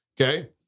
Okay